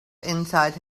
inside